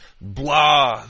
blah